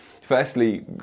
Firstly